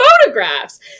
photographs